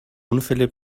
unfälle